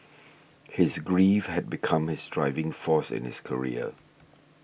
his grief had become his driving force in his career